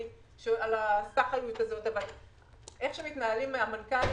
אבל איך שמתנהלים עם המנכ"לים